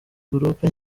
group